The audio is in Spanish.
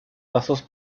pasos